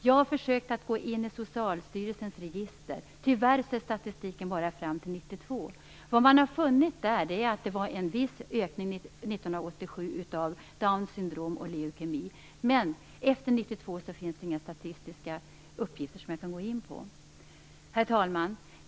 Jag har försökt gå in i Socialstyrelsens register. Tyvärr finns det bara statistik fram till år 1992. Vad man har funnit är att det var en viss ökning 1987 av Downs syndrom och leukemi, men efter 1992 finns det inga statistiska uppgifter att tillgå. Herr talman!